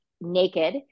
naked